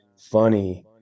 funny